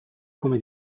come